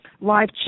live